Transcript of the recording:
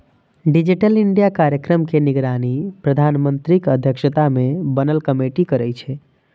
digital India कार्यक्रम के निगरानी प्रधानमंत्रीक अध्यक्षता मे बनल कमेटी करै छै